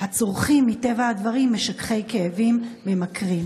הצורכים מטבע הדברים משככי כאבים ממכרים.